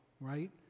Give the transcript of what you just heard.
right